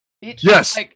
Yes